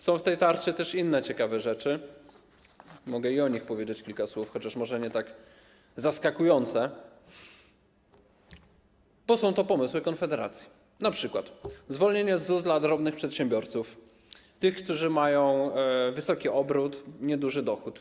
Są w tej tarczy też inne ciekawe rzeczy, mogę i o nich powiedzieć kilka słów, chociaż może nie tak zaskakujące, bo są to pomysły Konfederacji, np. zwolnienie z ZUS-u drobnych przedsiębiorców, tych, którzy mają wysoki obrót, nieduży dochód.